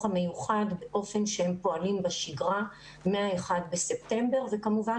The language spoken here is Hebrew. המיוחד באופן שהם פועלים בשגרה מה-1 בספטמבר וכמובן